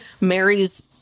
Mary's